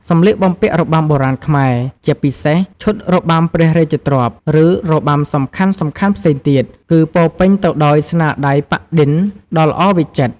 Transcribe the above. សម្លៀកបំពាក់របាំបុរាណខ្មែរ ជាពិសេសឈុតរបាំព្រះរាជទ្រព្យ ឬរបាំសំខាន់ៗផ្សេងទៀត គឺពោរពេញទៅដោយ ស្នាដៃប៉ាក់-ឌិន ដ៏ល្អវិចិត្រ។